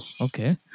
okay